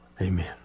Amen